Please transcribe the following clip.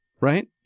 Right